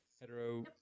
hetero